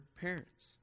parents